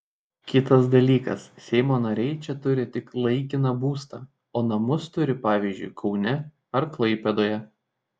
kitas dalykas seimo nariai čia turi tik laikiną būstą o namus turi pavyzdžiui kaune ar klaipėdoje